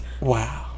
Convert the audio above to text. wow